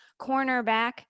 cornerback